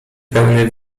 pełne